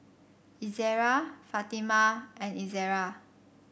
Izzara Fatimah and Izzara